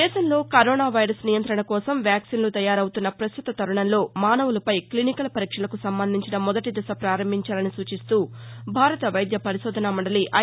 దేశంలో corona virus నియంత్రణ కోసం వ్యాక్సిన్ల తయారవుతున్న ప్రస్తుత తరుణంలో మానవులపై క్లినికల్ పరీక్షలకు సంబంధించిన మొదటి దశ పారంభించాలని సూచిస్తూ భారత వైద్య పరిశోధనా మండలి ఐ